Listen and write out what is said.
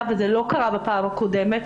וזה לא קרה בפעם הקודמת,